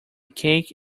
cake